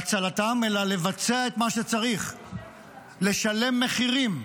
להצלתם, אלא לבצע את מה שצריך, לשלם מחירים.